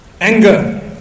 Anger